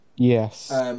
Yes